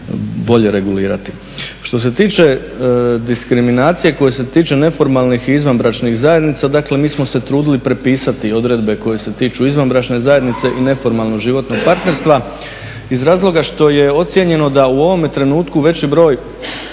bolje regulirati. Što se tiče diskriminacije koja se tiče neformalnih i izvanbračnih zajednica, dakle mi smo se trudili prepisati odredbe koje se tiču izvanbračne zajednice i neformalnog životnog partnerstva iz razloga što je ocijenjeno da u ovome trenutku veći broj